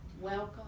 Welcome